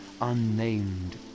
unnamed